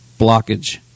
blockage